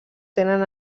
tenen